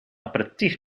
aperitief